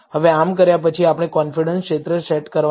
હવે આમ કર્યા પછી આપણે કોન્ફિડન્સ ક્ષેત્ર સેટ કરવાની જરૂર છે